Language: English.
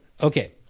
Okay